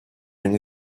они